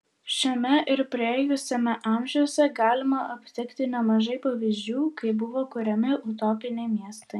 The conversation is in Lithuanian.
šiame ir praėjusiame amžiuose galima aptikti nemažai pavyzdžių kai buvo kuriami utopiniai miestai